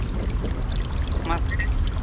ᱢᱟᱥᱮ